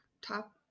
top